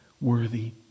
worthy